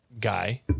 guy